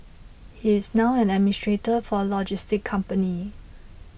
he is now an administrator for a logistics company